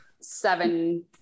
seven